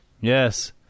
yes